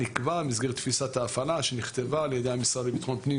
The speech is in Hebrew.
במסגרת תפיסת ההפעלה שנכתבה על ידי המשרד לביטחון פנים